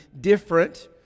different